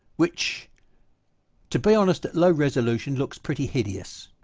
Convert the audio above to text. which to be honest at low resolution looks pretty hideous